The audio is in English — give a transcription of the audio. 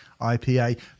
ipa